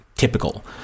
Typical